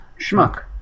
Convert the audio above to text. Schmuck